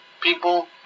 people